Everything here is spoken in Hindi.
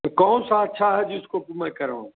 कौन सा अच्छा है जिसको कि मैं कराऊँ